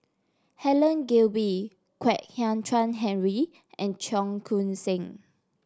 Helen Gilbey Kwek Hian Chuan Henry and Cheong Koon Seng